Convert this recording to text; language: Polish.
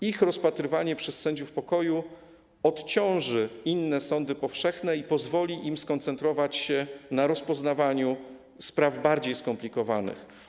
Ich rozpatrywanie przez sędziów pokoju odciąży inne sądy powszechne i pozwoli im skoncentrować się na rozpoznawaniu spraw bardziej skomplikowanych.